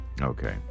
okay